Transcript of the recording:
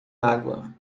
água